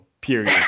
Period